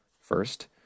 First